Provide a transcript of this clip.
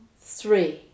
three